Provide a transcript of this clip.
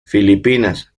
filipinas